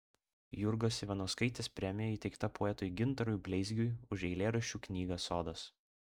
jurgos ivanauskaitės premija įteikta poetui gintarui bleizgiui už eilėraščių knygą sodas